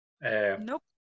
Nope